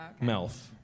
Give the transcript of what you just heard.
Melf